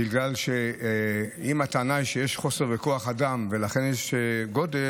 בגלל שאם הטענה היא שיש מחסור בכוח אדם ולכן יש גודש,